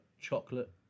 chocolate